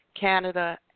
Canada